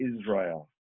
Israel